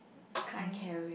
kind